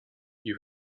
you